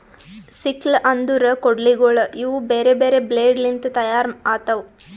sickle ಅಂದುರ್ ಕೊಡ್ಲಿಗೋಳ್ ಇವು ಬೇರೆ ಬೇರೆ ಬ್ಲೇಡ್ ಲಿಂತ್ ತೈಯಾರ್ ಆತವ್